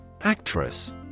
Actress